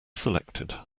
selected